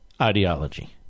ideology